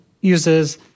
uses